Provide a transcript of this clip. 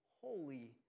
holy